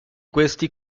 questi